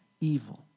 evil